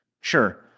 Sure